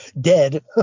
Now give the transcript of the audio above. dead